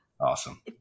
Awesome